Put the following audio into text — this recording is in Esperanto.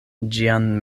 ĝian